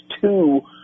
two